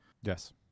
Yes